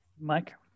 Mike